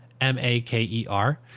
M-A-K-E-R